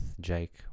Jake